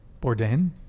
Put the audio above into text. Bourdain